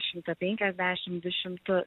šimtą penkiasdešim du šimtus